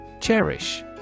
Cherish